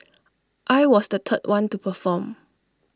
I was the third one to perform